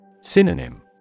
Synonym